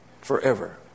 forever